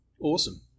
Awesome